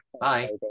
Bye